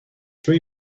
three